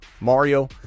Mario